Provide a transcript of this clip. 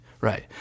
Right